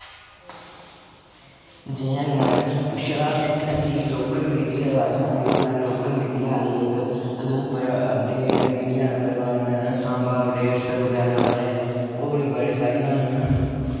जि'यां के मा'राज तुसें पुच्छेआ असें इत्थै कि लोकल मीडिया दे बारे च सनान्ना दिक्खो साढ़े लोकल मीडिया आई इक Udhampur update media number one Samba update बगैरा बगैरा होर बी बड़ियां सारियां न